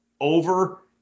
over